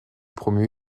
promu